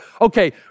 Okay